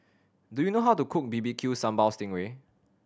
do you know how to cook B B Q Sambal sting ray